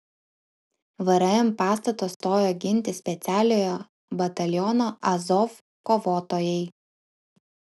vrm pastato stojo ginti specialiojo bataliono azov kovotojai